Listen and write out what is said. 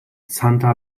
santa